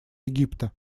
египта